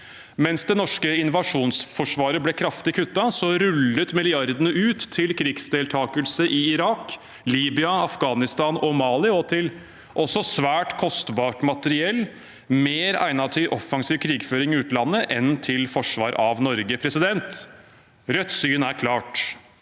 Mens det norske invasjonsforsvaret ble kraftig kuttet, rullet milliardene ut til krigsdeltakelse i Irak, Libya, Afghanistan og Mali, og også til svært kostbart materiell mer egnet til offensiv krigføring i utlandet enn til forsvar av Norge. Rødts syn er klart.